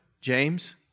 James